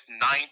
ninth